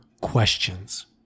questions